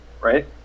right